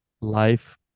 life